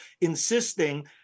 insisting